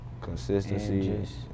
Consistency